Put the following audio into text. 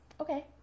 okay